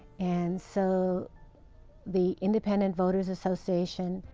and so the independent voters association,